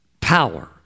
power